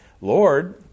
Lord